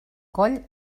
coll